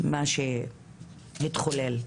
מה שהתחולל.